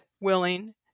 willing